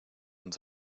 und